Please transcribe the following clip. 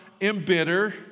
embitter